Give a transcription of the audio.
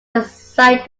inside